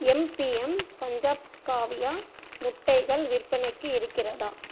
MBM Punjab காவியா முட்டைகள் விற்பனைக்கு இருக்கிறதா